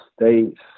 State's